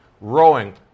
rowing